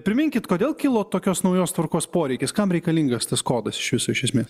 priminkit kodėl kilo tokios naujos tvarkos poreikis kam reikalingas tas kodas iš viso iš esmės